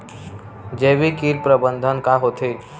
जैविक कीट प्रबंधन का होथे?